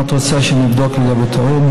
אם את רוצה שאני אבדוק לגבי תורים,